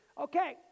okay